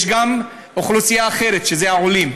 יש גם אוכלוסייה אחרת, של העולים.